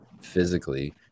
physically